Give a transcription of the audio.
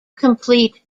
complete